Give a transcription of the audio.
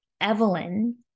Evelyn